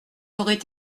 aurait